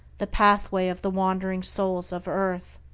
the pathway of the wandering souls of earth.